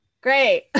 great